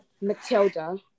Matilda